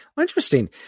Interesting